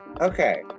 Okay